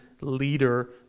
leader